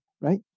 right